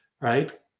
right